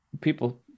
people